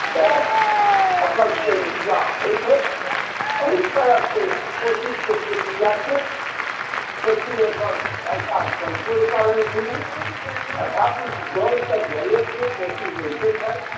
तऽ फसल के ऊपजा होइ छै एहि तरह के कोशी के प्रक्रिया छै कोशी अखन सरकार कण्ट्रोल कऽ लेलखिन हँऽ तथापि जल तऽ जले छै कोशी बहीते छथि